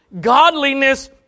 Godliness